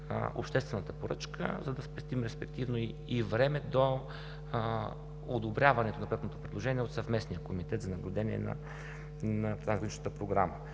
обществената поръчка, за да спестим време до одобряването на проектното предложение от Съвместния комитет за наблюдение на Трансграничната програма.